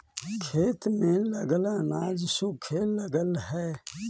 खेत में लगल अनाज सूखे लगऽ हई